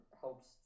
helps